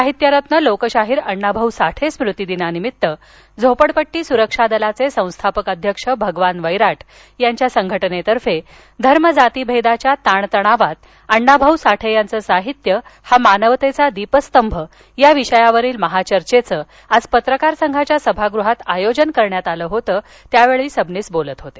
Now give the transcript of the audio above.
साहित्यरत्न लोकशाहीर अण्णा भाऊ साठे स्मृतिदिनानिमित्त झोपडपट्टी सुरक्षा दलाचे संस्थापक अध्यक्ष भगवान वैराट यांच्या संघटनेतर्फे धर्म जाती भेदाच्या ताणतणावात अण्णा भाऊ साठे यांचं साहित्य हा मानवतेचा दिपस्तंभ या विषयावर महाचर्चेचं आज पत्रकार संघाच्या सभागृहात आयोजन करण्यात आलं होतं त्यावेळी सबनीस बोलत होते